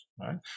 right